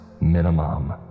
minimum